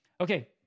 Okay